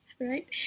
right